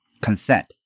consent